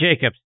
Jacobs